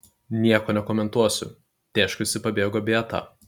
nieko nekomentuosiu tėškusi pabėgo beata